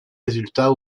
résultats